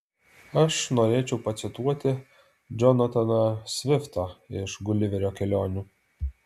aš norėčiau pacituoti džonataną sviftą iš guliverio kelionių